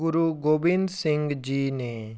ਗੁਰੂ ਗੋਬਿੰਦ ਸਿੰਘ ਜੀ ਨੇ